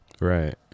Right